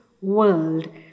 world